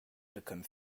become